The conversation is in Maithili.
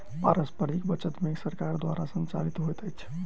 पारस्परिक बचत बैंक सरकार द्वारा संचालित होइत अछि